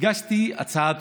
הגשתי הצעה דחופה.